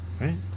Right